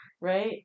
Right